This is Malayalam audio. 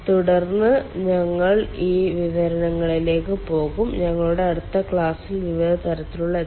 തുടർന്ന് ഞങ്ങൾ ഈ വിവരണങ്ങളിലേക്ക് പോകും ഞങ്ങളുടെ അടുത്ത ക്ലാസിലെ വിവിധ തരത്തിലുള്ള HRSG